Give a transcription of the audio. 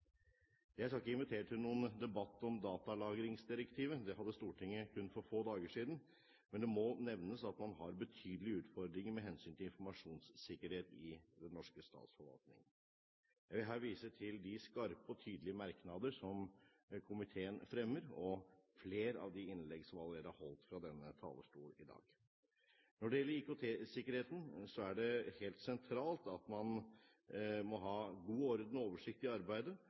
Jeg skal ikke invitere til noen debatt om datalagringsdirektivet, det hadde Stortinget for kun få dager siden, men det må nevnes at man har betydelige utfordringer med hensyn til informasjonssikkerhet i den norske statsforvaltningen. Jeg vil her vise til de skarpe og tydelige merknader som komiteen fremmer, og til flere av de innlegg som allerede er holdt fra denne talerstol i dag. Når det gjelder IKT-sikkerheten, er det helt sentralt at man må ha god orden og oversikt i arbeidet